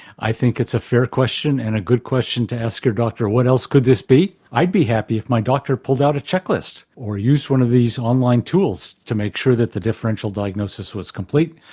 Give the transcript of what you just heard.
i think it's a fair question and a good question to ask your doctor, what else could this be? i'd be happy if my doctor pulled out a check list or used one of these online tools to make sure that the differential diagnosis was complete.